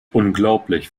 unglaublich